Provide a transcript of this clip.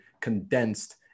condensed